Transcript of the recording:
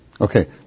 Okay